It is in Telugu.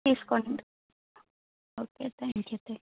తీసుకోండి ఓకే థ్యాంక్యూ థాంక్ యూ